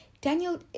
Daniel